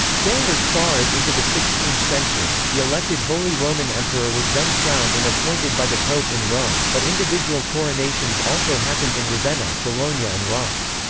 going as far as into the sixteenth century, the elected holy roman emperor was then crowned and appointed by the pope in rome, but individual coronations also happened in ravenna, bologna and reims.